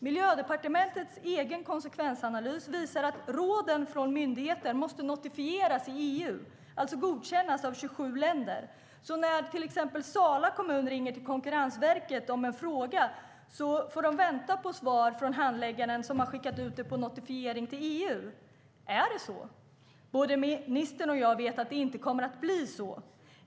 Miljödepartementets egen konsekvensanalys visar att råden från myndigheten måste notifieras i EU, alltså godkännas av 27 länder. När till exempel Sala kommun ringer till Konkurrensverket om en fråga får de vänta på svar från handläggaren, som har skickat ut frågan på notifiering till EU. Är det så? Både ministern och jag vet att det inte kommer att bli så.